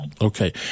Okay